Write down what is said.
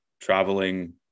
traveling